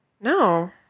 No